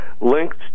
linked